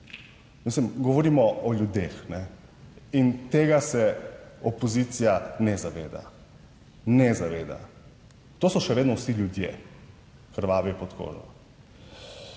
govorimo o ljudeh in tega se opozicija ne zaveda. Ne zaveda. To so še vedno vsi ljudje krvavi pod kožo.